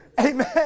Amen